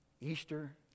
Easter